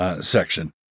Section